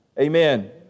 Amen